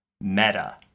meta